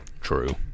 True